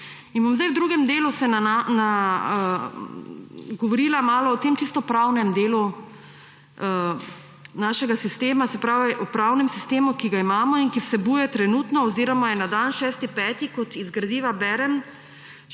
bom v drugem delu govorila malo o tem čisto pravnem delu našega sistema, se pravi o pravnem sistemu, ki ga imamo in ki vsebuje trenutno oziroma je na dan 6. 5. 2020, kot iz gradiva berem,